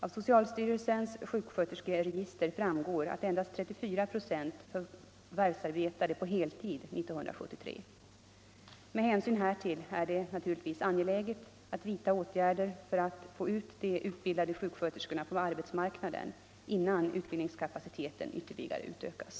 Av socialstyrelsens sjuksköterskeregister framgår att endast 34 96 förvärvsarbetade på heltid 1973. Med hänsyn härtill är det naturligtvis angeläget att vidta åtgärder för att få ut de utbildade sjuksköterskorna på arbetsmarknaden innan utbildningskapaciteten ytterligare utökas.